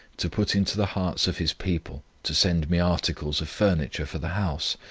to put into the hearts of his people to send me articles of furniture for the house,